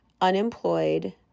unemployed